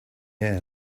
air